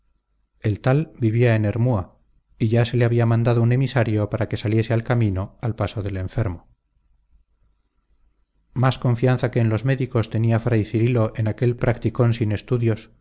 el tal vivía en hermúa y ya se le había mandado un emisario para que saliese al camino al paso del enfermo más confianza que en los médicos tenía fray cirilo en aquel practicón sin estudios